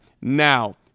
Now